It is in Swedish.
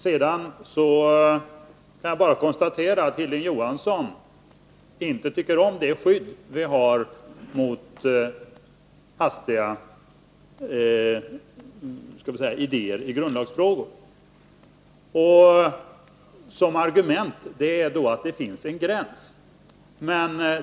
Sedan kan jag konstatera att Hilding Johansson inte tycker om det skydd vi har mot — om jag får uttrycka det så — hastiga idéer i grundlagsfrågor. Hans argument är att det finns en tidsgräns.